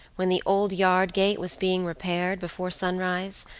when the old yard gate was being repaired, before sunrise,